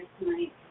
tonight